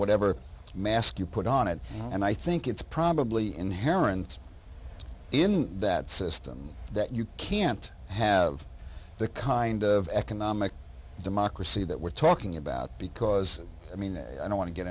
whatever mask you put on it and i think it's probably inherent in that system that you can't have the kind of economic democracy that we're talking about because i mean i don't want to get